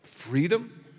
Freedom